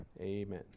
amen